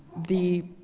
the